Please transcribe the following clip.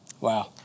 Wow